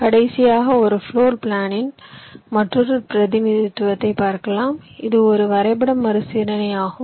கடைசியாக ஒரு பிளோர் பிளாணின் மற்றொரு பிரதிநிதித்துவத்தைப் பார்க்கலாம் இது ஒரு வரைபட மறுசீரமைப்பு ஆகும்